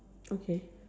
okay